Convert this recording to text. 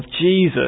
Jesus